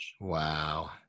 Wow